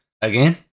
again